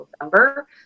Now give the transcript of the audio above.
november